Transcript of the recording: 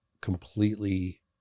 completely